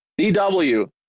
DW